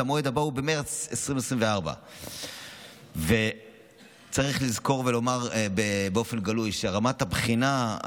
והמועד הבא הוא במרץ 2024. צריך לזכור ולומר באופן גלוי שרמת הבחינה,